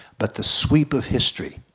but the sweep of history.